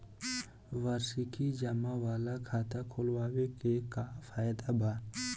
वार्षिकी जमा वाला खाता खोलवावे के का फायदा बा?